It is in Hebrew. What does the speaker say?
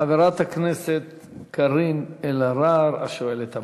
חברת הכנסת קארין אלהרר, השואלת הבאה.